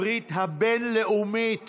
הברית הבין-לאומית